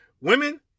Women